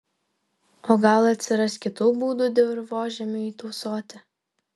o gal atsiras kitų būdų dirvožemiui tausoti